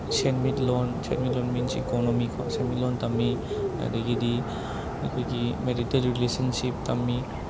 ꯁꯦꯟꯃꯤꯠꯂꯣꯟ ꯁꯦꯟꯃꯤꯠꯂꯣꯟ ꯃꯤꯟꯁ ꯏꯀꯣꯅꯣꯃꯤ ꯀꯣ ꯁꯦꯟꯃꯤꯠꯂꯣꯟ ꯇꯝꯃꯤ ꯑꯗꯒꯤꯗꯤ ꯑꯩꯈꯣꯏꯒꯤ ꯃꯦꯔꯤꯇꯦꯜ ꯔꯤꯂꯦꯁꯟꯁꯤꯄ ꯇꯝꯃꯤ